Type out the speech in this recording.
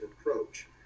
approach